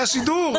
היה שידור.